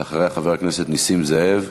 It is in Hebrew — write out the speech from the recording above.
אחריה, חבר הכנסת נסים זאב.